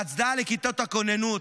בהצדעה לכיתות הכוננות.